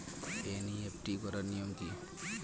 NEFT করার নিয়ম কী?